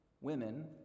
women